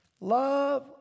love